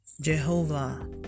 Jehovah